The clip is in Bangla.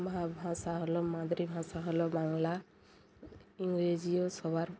ভা ভাষা হল মাতৃভাষা হল বাংলা ইংরেজিও সবার